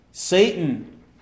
Satan